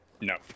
No